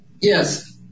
Yes